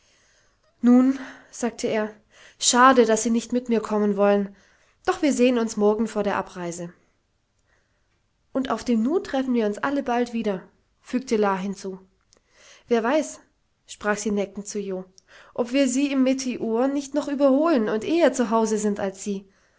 nun sagte er schade daß sie nicht mit mir kommen wollen doch wir sehen uns morgen vor der abreise und auf dem nu treffen wir uns alle bald wieder fügte la hinzu wer weiß sprach sie neckend zu jo ob wir sie im meteor nicht noch überholen und eher zu hause sind als sie